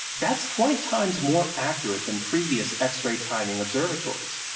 that's twenty times more accurate than previous x-ray timing observatories.